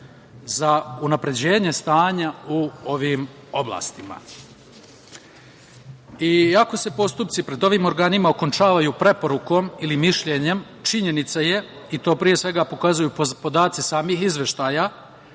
za unapređenje stanja u ovim oblastima. Iako se postupci pred ovim organima okončavaju preporukom ili mišljenjem, činjenica je, i to pre svega pokazuju podaci samih izveštaja,